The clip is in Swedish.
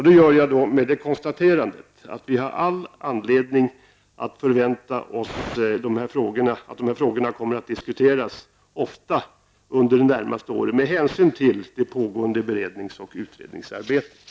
Det gör jag med det konstaterandet att vi har all anledning att förvänta oss att dessa frågor kommer att diskuteras ofta under det närmaste året med hänsyn till det pågående berednings och utredningsarbetet.